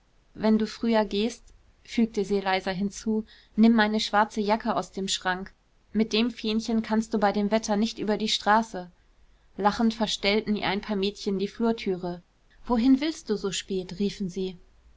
wenn du früher gehst fügte sie leiser hinzu nimm meine schwarze jacke aus dem schrank mit dem fähnchen kannst du bei dem wetter nicht über die straße lachend verstellten ihr ein paar mädchen die flurtüre wohin willst du so spät rief sie